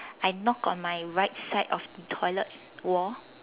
I knocked on my right side of the toilet wall